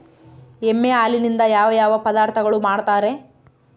ಎಮ್ಮೆ ಹಾಲಿನಿಂದ ಯಾವ ಯಾವ ಪದಾರ್ಥಗಳು ಮಾಡ್ತಾರೆ?